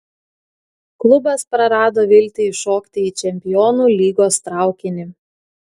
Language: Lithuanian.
klubas prarado viltį įšokti į čempionų lygos traukinį